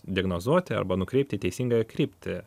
diagnozuoti arba nukreipt į teisingąją kryptį